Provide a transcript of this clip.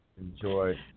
Enjoy